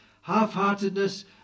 half-heartedness